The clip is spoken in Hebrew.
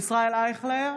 ישראל אייכלר,